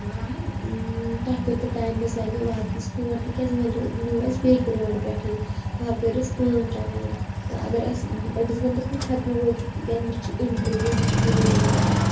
تۄہہِ کوتاہ ٹایم حظ لَگیو واتنَس تور تِکیٛازِ ؤلِو نِیِو اَسہِ بیٚکہِ روڈ پٮ۪ٹھ تَپٲرۍ ٲس کٲم چَلان تہٕ اَگر اَسہِ أڑِس گٲنٛٹَس منٛز ہٮ۪کو وٲتِتھ تِکیٛازِ مےٚ چھِ اِنٹَروِو مےٚ چھِ ضٔروٗری واتُن